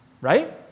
Right